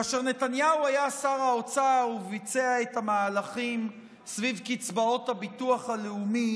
כאשר נתניהו היה שר האוצר וביצע את המהלכים סביב קצבאות הביטוח הלאומי,